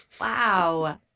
Wow